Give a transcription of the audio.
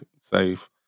safe